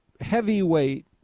heavyweight